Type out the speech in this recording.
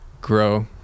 grow